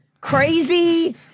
crazy